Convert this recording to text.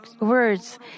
words